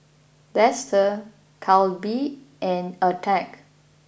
Dester Calbee and Attack